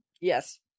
yes